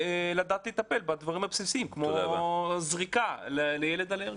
לטפל בדברים הבסיסיים כמו זריקה לילד אלרגי.